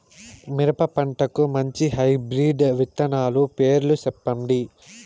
మిరప పంటకు మంచి హైబ్రిడ్ విత్తనాలు పేర్లు సెప్పండి?